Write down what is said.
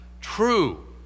true